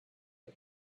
way